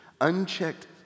Unchecked